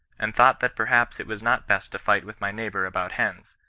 and thought that perhaps it was not best to fight with my neighbour about hens,